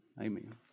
Amen